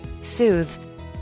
Soothe